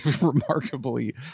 remarkably